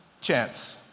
chance